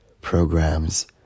programs